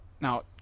Now